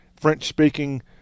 French-speaking